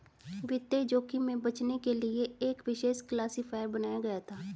वित्तीय जोखिम से बचने के लिए एक विशेष क्लासिफ़ायर बनाया गया था